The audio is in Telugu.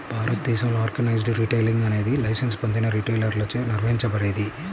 భారతదేశంలో ఆర్గనైజ్డ్ రిటైలింగ్ అనేది లైసెన్స్ పొందిన రిటైలర్లచే నిర్వహించబడేది